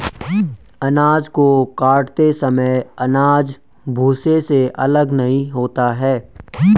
अनाज को काटते समय अनाज भूसे से अलग नहीं होता है